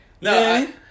No